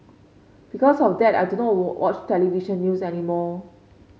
because of that I do not watch television news anymore